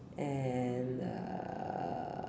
and uh